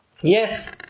yes